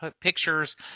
pictures